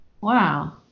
Wow